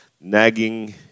nagging